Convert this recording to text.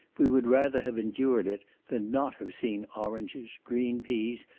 we would rather have endured it, than not have seen oranges, green peas,